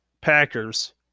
Packers